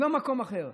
לא במקום אחר.